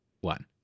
one